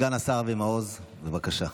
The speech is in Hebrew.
סגן השר אבי מעוז, בבקשה.